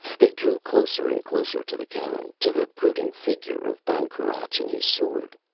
they drew closer and closer to the cairn, to the brooding figure of ban cruach and his sword.